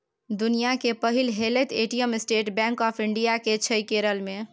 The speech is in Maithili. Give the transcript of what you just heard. दुनियाँ केर पहिल हेलैत ATM State Bank of India केर छै केरल मे